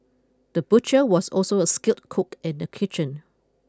the butcher was also a skilled cook in the kitchen